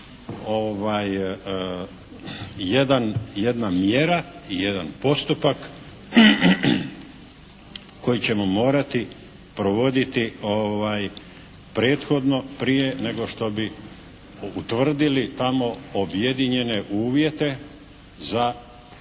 jedna mjera i jedan postupak koji ćemo morati provoditi prethodno prije nego što bi utvrdili tamo objedinjene uvjete za bilo